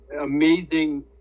amazing